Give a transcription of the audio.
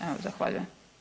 Evo zahvaljujem.